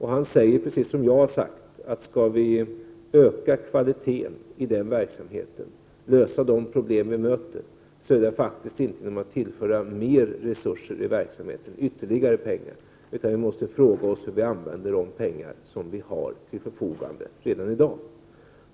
Han säger, precis som jag har sagt, att skall vi öka kvaliteten i den verksamheten, lösa de problem vi möter, så är det faktiskt inte fråga om att tillföra mer resurser till verksamheten, ytterligare pengar, utan vi måste fråga oss hur vi använder de pengar vi har till förfogande redan i dag.